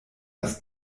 das